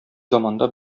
заманда